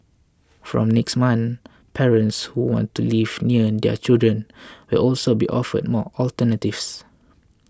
from next month parents who want to live near their children will also be offered more alternatives